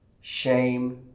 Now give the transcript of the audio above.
shame